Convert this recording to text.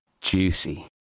juicy